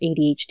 adhd